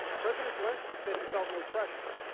president zelensky said he felt no pressure,